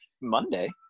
Monday